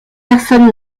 personne